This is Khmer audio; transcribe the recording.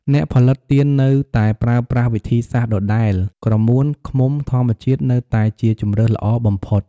អ្នកផលិតទៀននៅតែប្រើប្រាស់វិធីសាស្រ្តដដែល ក្រមួនឃ្មុំធម្មជាតិនៅតែជាជម្រើសល្អបំផុត។